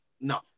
No